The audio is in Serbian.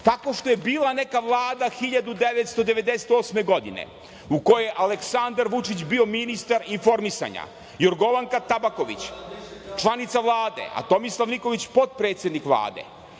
Tako što je bila neka vlada 1998. godine u kojoj je Aleksandar Vučić bio ministar informisanja, Jorgovanka Tabaković članica Vlade, a Tomislav Nikolić potpredsednik Vlade